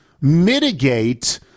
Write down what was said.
mitigate